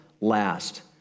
last